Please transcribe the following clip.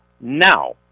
now